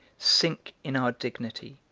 sink in our dignity,